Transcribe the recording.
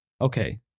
Okay